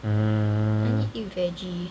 mm